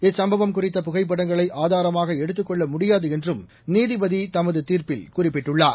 இச்சம்பவம் குறித்த புகைப்படங்களை ஆதாரமாக எடுத்துக்கொள்ள முடியாது என்றும் நீதிபதி தமது தீர்ப்பில் குறிப்பிட்டுள்ளார்